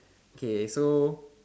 okay so